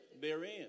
therein